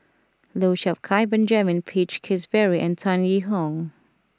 Lau Chiap Khai Benjamin Peach Keasberry and Tan Yee Hong